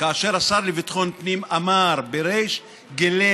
כאשר השר לביטחון פנים אמר בריש גלי,